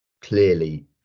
clearly